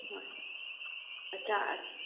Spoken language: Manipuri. ꯍꯣꯏ ꯑꯆꯥ